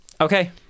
Okay